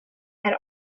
and